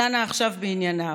דנה עכשיו בענייניו.